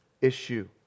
issue